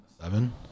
Seven